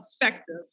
effective